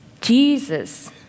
Jesus